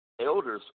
Elders